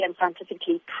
scientifically